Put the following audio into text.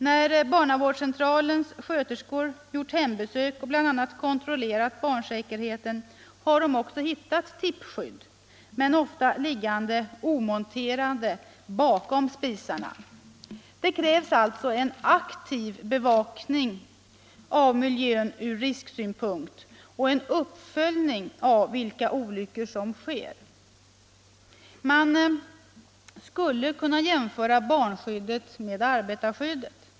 När barnavårdscentralens sköterskor har gjort hembesök och bl.a. kontrollerat barnsäkerheten har de också hittat tippskydd — men ofta liggande omonterade bakom spisarna. Det krävs alltså en aktiv bevakning av miljön ur risksynpunkt och en uppföljning av vilka olyckor som sker. Man skulle kunna jämföra barnskyddet med arbetarskyddet.